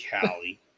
Callie